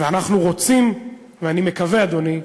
ואנחנו רוצים, ואני מקווה, אדוני,